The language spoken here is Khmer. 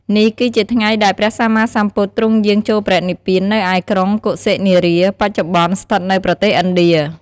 នេះគឺជាថ្ងៃដែល ព្រះសម្មាសម្ពុទ្ធទ្រង់យាងចូលបរិនិព្វាន នៅឯ ក្រុងកុសិនារា បច្ចុប្បន្នស្ថិតនៅប្រទេសឥណ្ឌា។